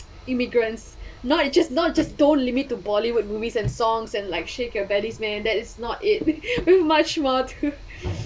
immigrants not just not just don't limit to bollywood movies and songs and like shake your bellies man that is not it we're much more too